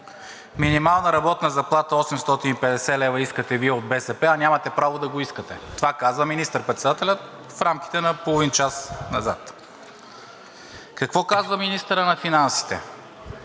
Минимална работна заплата 850 лв. искате Вие от БСП, а нямате право да го искате.“ Това казва министър-председателят в рамките на половин час назад. Какво казва министърът на финансите: